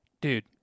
Dude